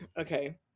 Okay